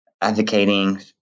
advocating